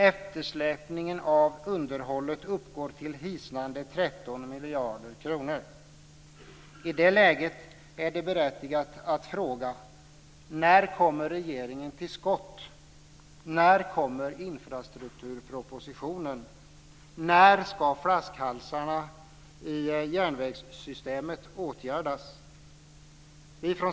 Eftersläpningen av underhållet uppgår till hisnande 13 miljarder kronor. I det läget är det berättigat att fråga: När kommer regeringen till skott? När kommer infrastrukturpropositionen? När ska flaskhalsarna i järnvägssystemet åtgärdas?